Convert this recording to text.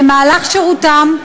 במהלך שירותם,